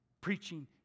preaching